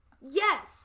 Yes